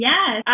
Yes